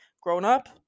grown-up